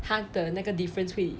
他的那个 difference 会